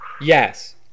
Yes